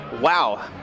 Wow